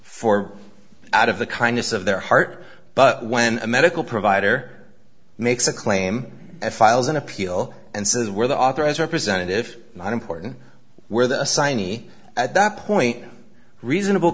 four out of the kindness of their heart but when a medical provider makes a claim and files an appeal and says where the authorize representative not important where the assignee at that point reasonable